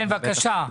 בקשה.